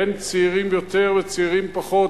בין צעירים יותר לצעירים פחות,